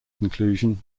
conclusion